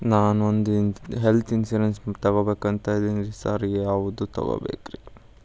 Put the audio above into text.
ನಾನ್ ಒಂದ್ health insurance ತಗಬೇಕಂತಿದೇನಿ sir ಯಾವದ ತಗಬೇಕ್ರಿ?